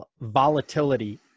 volatility